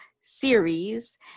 series